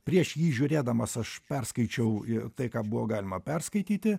prieš jį žiūrėdamas aš perskaičiau i tai ką buvo galima perskaityti